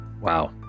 wow